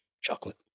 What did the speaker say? Chocolate